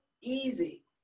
easy